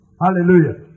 Hallelujah